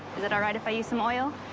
is it all right if i use some oil?